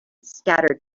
scattered